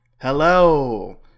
Hello